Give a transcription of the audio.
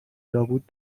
لابد